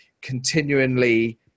continually